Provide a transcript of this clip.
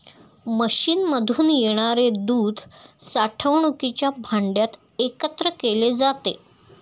मशीनमधून येणारे दूध साठवणुकीच्या भांड्यात एकत्र केले जाते